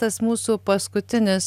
tas mūsų paskutinis